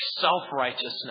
self-righteousness